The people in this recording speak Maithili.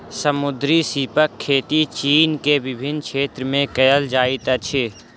समुद्री सीपक खेती चीन के विभिन्न क्षेत्र में कयल जाइत अछि